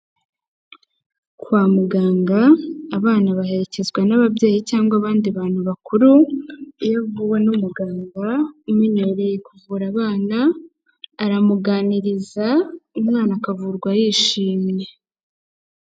Kwa muganga abana baherekezwa n'ababyeyi cyangwa abandi bantu bakuru, iyo avuwe n'umuganga umenyereye kuvura abana, aramuganiriza umwana akavurwa yishimye.